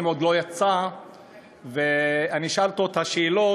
עוד לא יצא ואני אשאל אותו את השאלות.